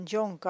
John